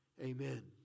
amen